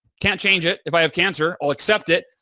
can't change it. if i have cancer. i'll accept it.